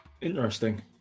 interesting